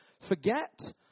Forget